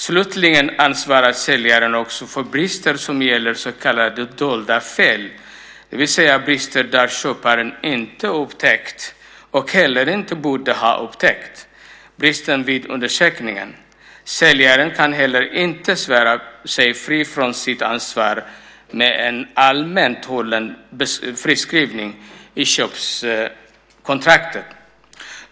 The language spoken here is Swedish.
Slutligen ansvarar säljaren också för brister som gäller så kallade dolda fel, det vill säga brister som köparen inte upptäckt - och inte heller borde ha upptäckt - vid undersökningen. Säljaren kan inte heller svära sig fri från sitt ansvar med en allmänt hållen friskrivning i köpekontraktet.